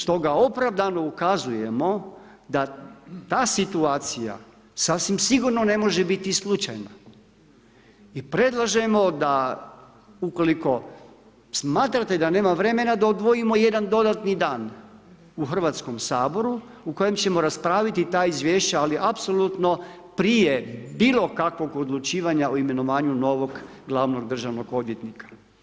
Stoga opravdano ukazujemo da ta situacija sasvim sigurno ne može biti slučajna i predlažemo da u koliko smatrate da nema vremena da odvojimo jedan dodatni dan u Hrvatskom saboru u kojem ćemo raspraviti ta izvješća ali apsolutno prije bilo kakvog odlučivanja o imenovanju novog glavnog državnog odvjetnika.